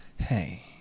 hey